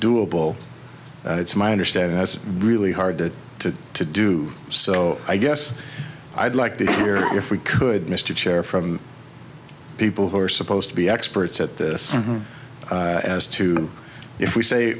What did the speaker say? doable it's my understanding that's really hard to to do so i guess i'd like to hear if we could mr chair from people who are supposed to be experts at this as to if we say